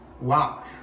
Wow